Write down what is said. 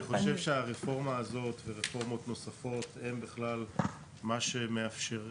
אני חושב שהרפורמה הזאת ורפורמות נוספות הן מה שמאפשרות